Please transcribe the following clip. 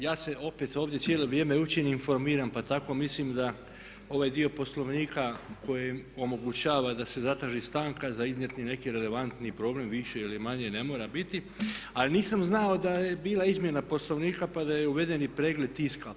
Ja se opet ovdje cijelo vrijeme učim i informiram pa tako mislim da ovaj dio Poslovnika koji omogućava da se zatraži stanka za iznijeti neki relevantni problem više ili manje ne mora biti ali nisam znao da je bila izmjena Poslovnika pa da je uveden i pregled tiska.